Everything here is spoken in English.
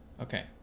Okay